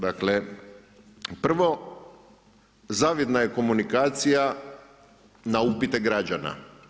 Dakle prvo, zavidna je komunikacija na upite građana.